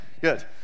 good